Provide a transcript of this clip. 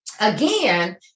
again